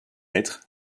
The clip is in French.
lettres